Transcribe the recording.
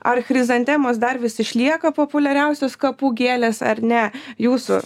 ar chrizantemos dar vis išlieka populiariausios kapų gėlės ar ne jūsų